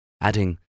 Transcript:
adding